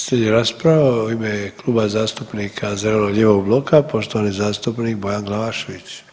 Slijedi rasprava u ime Kluba zastupnika zeleno-lijevog bloka, poštovani zastupnik Bojan Glavašević.